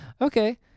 Okay